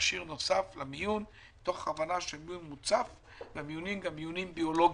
מכשיר למיון תוך הבנה שהמיון מוצף והמיונים הם גם מיונים ביולוגיים,